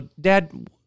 Dad